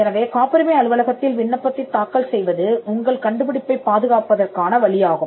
எனவே காப்புரிமை அலுவலகத்தில் விண்ணப்பத்தைத் தாக்கல் செய்வது உங்கள் கண்டுபிடிப்பைப் பாதுகாப்பதற்கான வழியாகும்